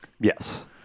Yes